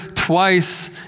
Twice